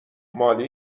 مالی